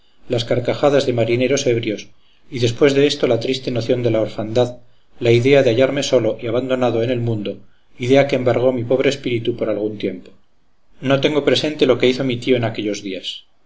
las carcajadas de marineros ebrios y después de esto la triste noción de la orfandad la idea de hallarme solo y abandonado en el mundo idea que embargó mi pobre espíritu por algún tiempo no tengo presente lo que hizo mi tío en aquellos días